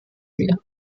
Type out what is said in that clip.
wir